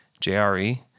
JRE